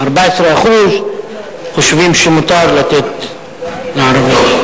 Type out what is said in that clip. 14% חושבים שמותר לתת לערבים.